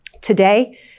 Today